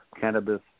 cannabis